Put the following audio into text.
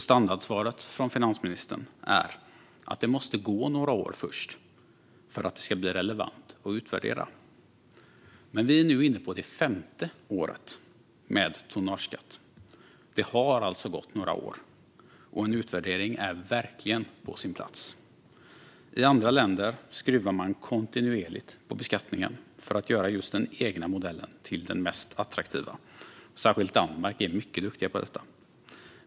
Standardsvaret från finansministern är att det måste gå några år först för att det ska bli relevant att utvärdera. Men vi är nu inne på det femte året med tonnageskatt. Det har alltså gått några år, och en utvärdering är verkligen på sin plats. I andra länder skruvar man kontinuerligt på beskattningen för att göra just den egna modellen till den mest attraktiva. Särskilt Danmark är mycket duktiga på detta.